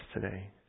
today